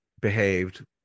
behaved